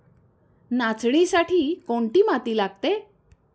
नाचणीसाठी कोणती माती लागते?